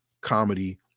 comedy